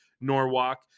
Norwalk